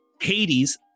Hades